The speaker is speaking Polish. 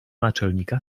naczelnika